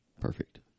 Perfect